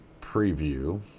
Preview